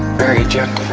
very gentle.